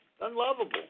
Unlovable